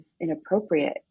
inappropriate